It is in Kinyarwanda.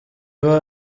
aba